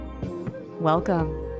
welcome